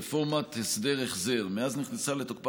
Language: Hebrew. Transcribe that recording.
רפורמת "הסדר-החזר": מאז נכנסה לתוקפה